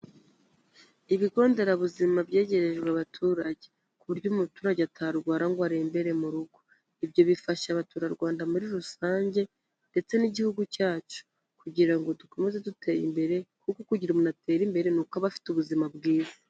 Ibigo nderabuzima byegerejwe abaturage, ku buryo umuturage atarwara ngo arembere mu rugo, ibyo bifasha abaturarwanda muri rusange ndetse n'igihugu cyacu kugira ngo dukomeze duteye imbere, kuko kugira umuntu atera imbere ni uko aba afite ubuzima bwiza.